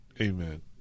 Amen